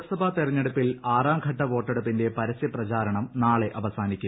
ലോക്സഭാ തെരഞ്ഞെടുപ്പിൽ ആറാംഘട്ട വോട്ടെടുപ്പിന്റെ പരസ്യ പ്രിചാരണം നാളെ അവസാനിക്കും